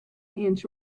inch